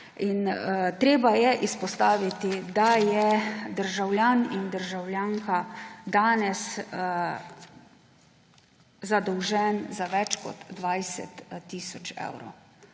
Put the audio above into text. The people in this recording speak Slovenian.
Treba je izpostaviti, da sta državljan in državljanka danes zadolžena za več kot 20 tisoč evrov.